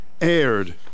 aired